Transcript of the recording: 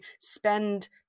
spend